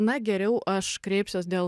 na geriau aš kreipsiuos dėl